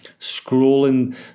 scrolling